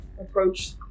approach